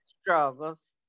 struggles